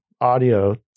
audio